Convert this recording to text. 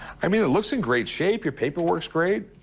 i mean, it looks in great shape. your paperwork's great.